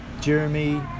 Jeremy